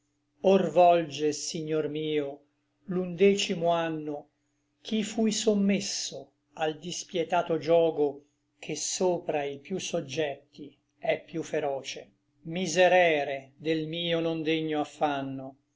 or volge signor mio l'undecimo anno ch'i fui sommesso al dispietato giogo che sopra i piú soggetti è piú feroce miserere del mio non degno affanno